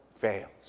fails